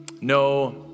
No